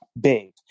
big